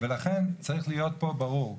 ולכן צריך להיות פה ברור.